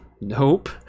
Nope